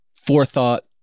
forethought